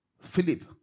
Philip